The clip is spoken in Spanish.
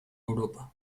europa